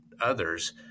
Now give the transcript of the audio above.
others